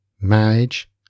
marriage